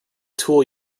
tool